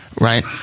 right